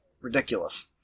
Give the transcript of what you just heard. ridiculous